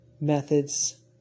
methods